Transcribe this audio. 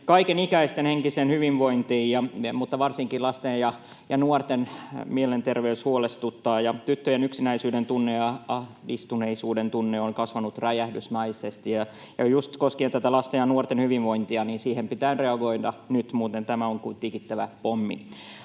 kaikenikäisten henkiseen hyvinvointiin, mutta varsinkin lasten ja nuorten mielenterveys huolestuttaa, ja tyttöjen yksinäisyyden tunne ja ahdistuneisuuden tunne ovat kasvaneet räjähdysmäisesti. Just koskien tätä lasten ja nuorten hyvinvointia siihen pitää reagoida nyt — muuten tämä on kuin tikittävä pommi.